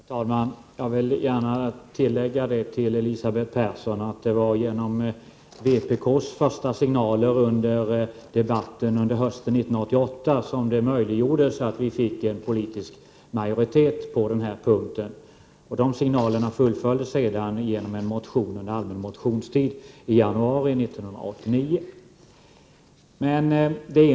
Herr talman! Jag vill gärna göra ett tillägg till det som Elisabeth Persson sade, att det var genom vpk:s första signaler under debatten hösten 1988 som en politisk majoritet på den här punkten möjliggjordes. De signalerna fullföljdes sedan i en motion under allmänna motionstiden i januari 1989. Det var en punkt.